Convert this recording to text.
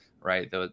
right